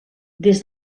des